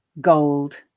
gold